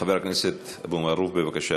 חבר הכנסת אבו מערוף, בבקשה,